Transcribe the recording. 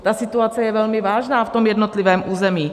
Ta situace je velmi vážná v tom jednotlivém území.